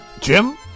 Jim